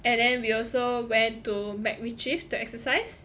and then we also went to macritchie the exercise